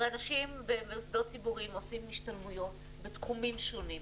הרי אנשים במוסדות ציבוריים עושים השתלמויות בתחומים שונים,